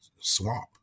swamp